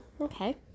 Okay